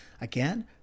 Again